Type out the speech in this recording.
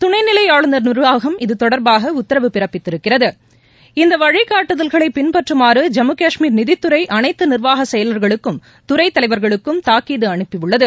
துணைநிலை ஆளுநர் நிர்வாகம் இது தொடர்பாக உத்தரவு பிறப்பித்திருக்கிறது இந்த வழிகாட்டுதல்களை பின்பற்றுமாறு ஜம்மு காஷ்மீர் நிதித்துறை அனைத்து நிர்வாக செயலர்களுக்கும் துறைத் தலைவர்களுக்கும் தாக்கீது அனுப்பியுள்ளது